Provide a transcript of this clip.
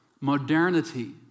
modernity